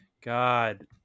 God